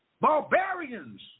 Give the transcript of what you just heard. barbarians